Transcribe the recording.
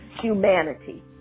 humanity